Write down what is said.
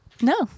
No